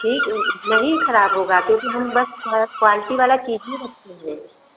ठीक नहीं ख़राब होगा क्योंकि हम बस थोड़ी क्वालटी वाली चीज़ ही रखते हैं